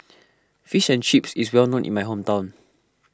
Fish and Chips is well known in my hometown